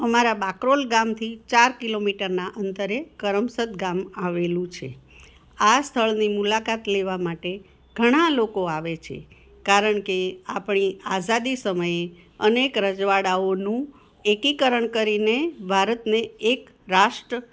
અમારા બાકરોલ ગામથી ચાર કિલોમીટરના અંતરે કરમસદ ગામ આવેલું છે આ સ્થળની મુલાકાત લેવા માટે ઘણાં લોકો આવે છે કારણ કે આપણી આઝાદી સમયે અનેક રજવાડાઓનું એકીકરણ કરીને ભારતને એક રાષ્ટ્ર